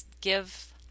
give